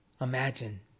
Imagine